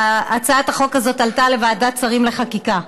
הצעת החוק הזאת עלתה לוועדת שרים לחקיקה.